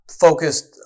focused